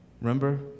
Remember